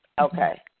Okay